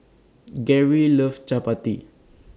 Garry loves Chappati